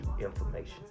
information